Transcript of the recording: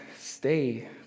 stay